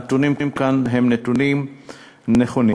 הנתונים כאן הם נתונים נכונים,